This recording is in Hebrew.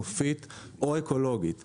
נופית או אקולוגית,